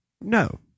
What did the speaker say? No